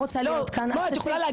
אם את לא רוצה להיות כאן אז תצאי.